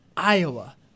Iowa